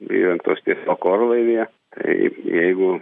įrengtos tiesiog orlaivyje tai jeigu